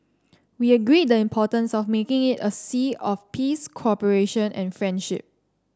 we agreed the importance of making it a sea of peace cooperation and friendship